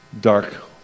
dark